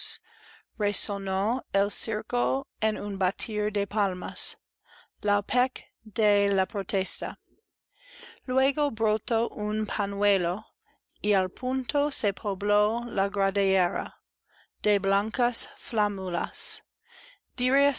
en un batir de palmas v aplec de la protesta luego brotó un pañuelo y al punto se pobló la gradería de blancas